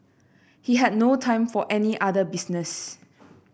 he had no time for any other business